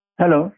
Hello